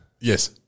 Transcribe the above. Yes